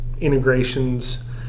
integrations –